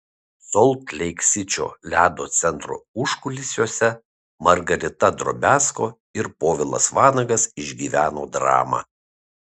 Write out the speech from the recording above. solt leik sičio ledo centro užkulisiuose margarita drobiazko ir povilas vanagas išgyveno dramą